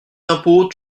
d’impôt